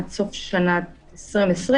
עד סוף שנת 2020,